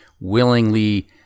willingly